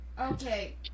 Okay